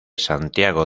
santiago